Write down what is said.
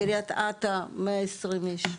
קריית אתא 120 איש.